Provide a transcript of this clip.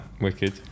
Wicked